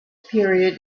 period